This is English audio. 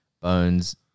bones